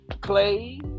Clay